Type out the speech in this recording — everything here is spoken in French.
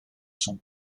son